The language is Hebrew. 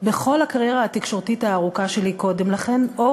בכל הקריירה התקשורתית הארוכה שלי קודם לכן.